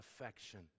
affection